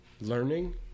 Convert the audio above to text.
learning